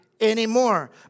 anymore